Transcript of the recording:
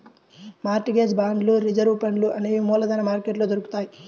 mart gauge బాండ్లు reserve ఫండ్లు అనేవి మూలధన మార్కెట్లో దొరుకుతాయ్